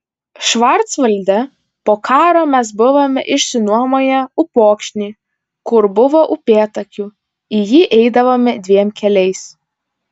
švarcvalde po karo mes buvome išsinuomoję upokšnį kur buvo upėtakių į jį eidavome dviem keliais